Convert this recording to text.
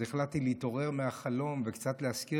אז החלטתי להתעורר מהחלום וקצת להזכיר